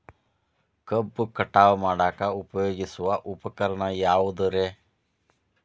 ಕಬ್ಬು ಕಟಾವು ಮಾಡಾಕ ಉಪಯೋಗಿಸುವ ಉಪಕರಣ ಯಾವುದರೇ?